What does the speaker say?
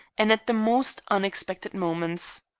and at the most unexpected moments.